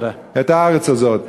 את הארץ הזאת.